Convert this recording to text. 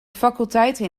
faculteiten